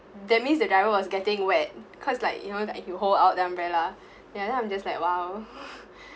that means the diver was getting wet because like you know like you hold out the umbrella ya then I'm just like !wow!